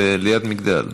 ארבל ליד מגדל.